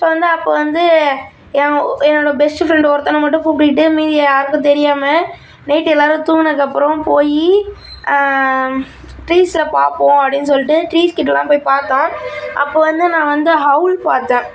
so வந்து அப்போ வந்து என்னோடய பெஸ்ட்டு ஃப்ரெண்ட்டு ஒருத்தனை மட்டும் கூப்பிட்டுக்கிட்டு மீதி யாருக்கும் தெரியாமல் நைட் எல்லோரும் தூங்கினதுக்கு அப்புறம் போய் ட்ரீஸில் பார்ப்போம் அப்படினு சொல்லிட்டு ட்ரீஸ்கிட்டலாம் போய் பார்த்தோம் அப்போ வந்து நான் வந்து ஹவுள் பார்த்த